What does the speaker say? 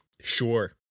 sure